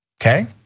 Okay